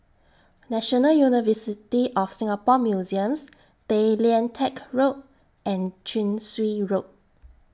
National University of Singapore Museums Tay Lian Teck Road and Chin Swee Road